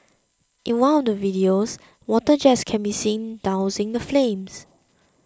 in one of the videos water jets can be seen dousing the flames